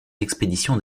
expéditions